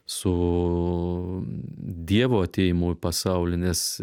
su dievo atėjimu į pasaulį nes